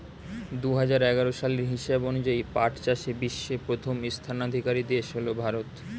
দুহাজার এগারো সালের হিসাব অনুযায়ী পাট চাষে বিশ্বে প্রথম স্থানাধিকারী দেশ হল ভারত